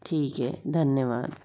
ठीक है धन्यवाद